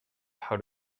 how